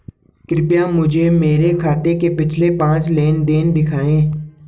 कृपया मुझे मेरे खाते के पिछले पांच लेन देन दिखाएं